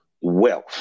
wealth